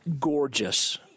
gorgeous